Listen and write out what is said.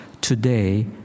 today